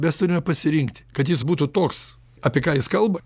mes turime pasirinkti kad jis būtų toks apie ką jis kalba